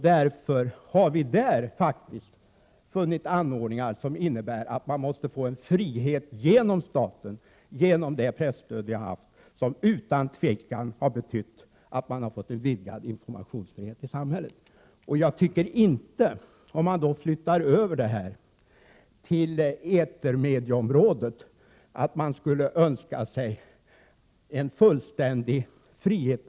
Därför har vi faktiskt funnit anordningar som innebär frihet genom staten, genom det presstöd som vi har haft och som utan tvivel har betytt vidgad informationsfrihet i samhället. Då vi flyttar över resonemanget till etermedieområdet, skall vi inte önska oss en fullständig frihet.